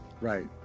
Right